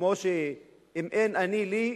כמו שאם אין אני לי,